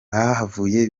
bahavuye